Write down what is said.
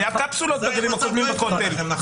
היו קפסולות בגלים הקודמים בכותל.